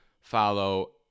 follow